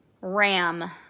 RAM